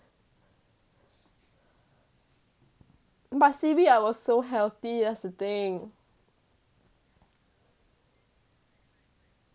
but C_B I was so healthy that's the thing